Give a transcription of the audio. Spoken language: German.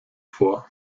vor